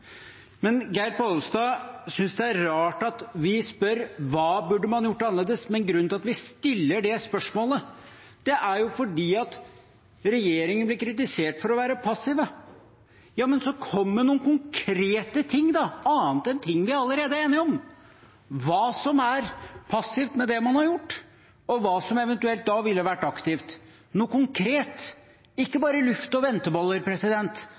Geir Pollestad synes det er rart at vi spør hva man burde gjort annerledes, men grunnen til at vi stiller det spørsmålet, er at regjeringen blir kritisert for å være passiv. Men så kom med noen konkrete ting, da, annet enn ting vi allerede er enige om! Hva er passivt med det man har gjort, og hva ville eventuelt vært aktivt? Kom med noe konkret – ikke bare luft og venteboller.